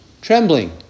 trembling